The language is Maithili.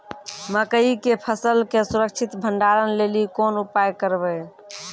मकई के फसल के सुरक्षित भंडारण लेली कोंन उपाय करबै?